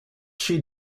she